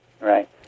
right